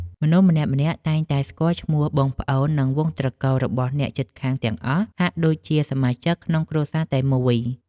មនុស្សម្នាក់ៗតែងតែស្គាល់ឈ្មោះបងប្អូន និងវង្សត្រកូលរបស់អ្នកជិតខាងទាំងអស់ ហាក់ដូចជាសមាជិកក្នុងគ្រួសារតែមួយ។